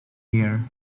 here